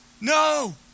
No